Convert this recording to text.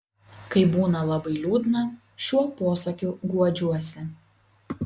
kai būna labai liūdna šiuo posakiu guodžiuosi